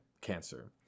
cancer